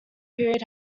period